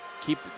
keep